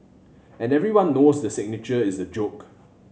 and everyone knows the signature is a joke